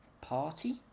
Party